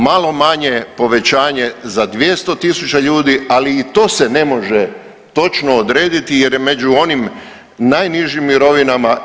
Malo manje povećanje za 200 000 ljudi, ali i to se ne može točno odrediti, jer je među onim najnižim mirovinama.